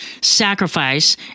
sacrifice